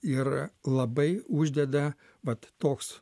ir labai uždeda vat toks